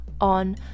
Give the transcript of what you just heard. on